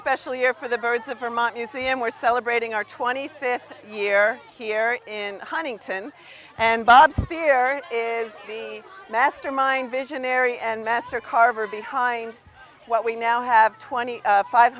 special year for the birds of vermont you see and we're celebrating our twenty fifth year here in huntington and bob spear is the mastermind visionary and master carver behind what we now have twenty five